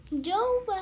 Joe